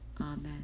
Amen